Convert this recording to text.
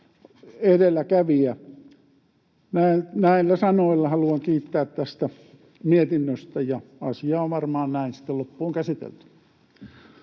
edelläkävijä. Näillä sanoilla haluan kiittää tästä mietinnöstä, ja asia on varmaan näin sitten loppuun käsitelty.